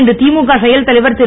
இன்று திமுக செயல்தலைவர் திரு